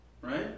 right